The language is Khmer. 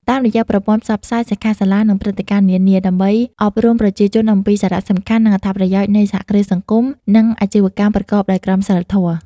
តាមរយៈប្រព័ន្ធផ្សព្វផ្សាយ សិក្ខាសាលា និងព្រឹត្តិការណ៍នានា ដើម្បីអប់រំប្រជាជនអំពីសារៈសំខាន់ និងអត្ថប្រយោជន៍នៃសហគ្រាសសង្គម និងអាជីវកម្មប្រកបដោយក្រមសីលធម៌ ។